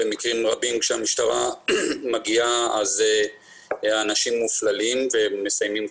במקרים רבים כשהמשטרה מגיעה אז אנשים מופללים ומסיימים,